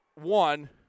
one